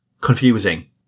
confusing